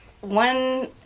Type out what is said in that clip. One